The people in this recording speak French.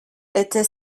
était